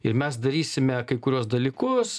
ir mes darysime kai kuriuos dalykus